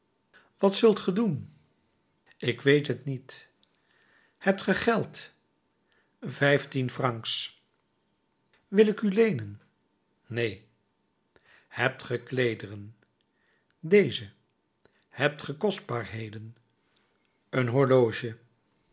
wat zult ge doen ik weet het niet hebt ge geld vijftien francs wil ik u leenen neen hebt ge kleederen deze hebt ge kostbaarheden een horloge